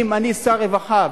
אם אני שר הרווחה,